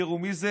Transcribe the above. ותזכרו מי זה